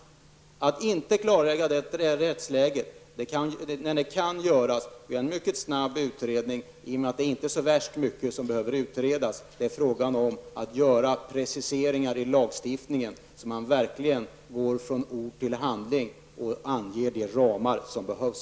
Varför inte klarlägga rättsläget, när detta kan göras genom en mycket snabb utredning? Det är ju inte så värst mycket som behöver utredas. Det är genom att göra preciseringar i lagstiftningen som man verkligen går från ord till handling och anger de ramar som behövs.